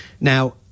now